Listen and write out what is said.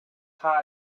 how